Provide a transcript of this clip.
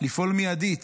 לפעול מיידית,